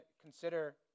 consider